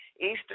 Eastern